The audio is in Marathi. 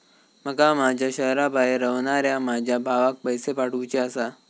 माका माझ्या शहराबाहेर रव्हनाऱ्या माझ्या भावाक पैसे पाठवुचे आसा